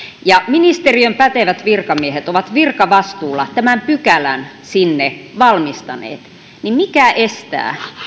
ja ministeriön pätevät virkamiehet ovat virkavastuulla tämän pykälän sinne valmistaneet mikä estää